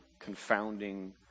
confounding